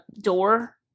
door